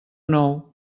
nou